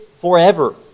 forever